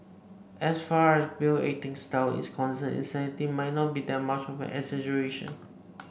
as far as Bale acting style is concerned insanity might not be that much of an exaggeration